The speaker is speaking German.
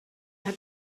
hat